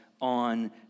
on